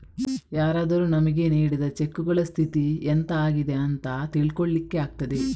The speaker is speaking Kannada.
ಯಾರಾದರೂ ನಮಿಗೆ ನೀಡಿದ ಚೆಕ್ಕುಗಳ ಸ್ಥಿತಿ ಎಂತ ಆಗಿದೆ ಅಂತ ತಿಳ್ಕೊಳ್ಳಿಕ್ಕೆ ಆಗ್ತದೆ